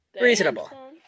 reasonable